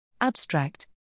Abstract